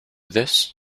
this